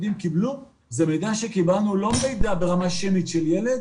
הדברים בכיוון של להתקדם ולא רק להעלות את הסוגיות,